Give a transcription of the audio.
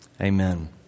Amen